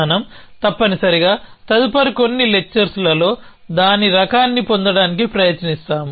మనం తప్పనిసరిగా తదుపరి కొన్ని లెక్చర్స్లలో దాని రకాన్ని పొందడానికి ప్రయత్నిస్తాము